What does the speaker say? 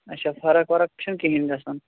اچھا فرق وَرَکھ چھےٚ نہٕ کِہیٖنۍ گژھان